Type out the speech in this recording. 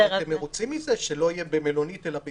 אבל אתם מרוצים מזה שזה לא יהיה במלונית אלא ביתי?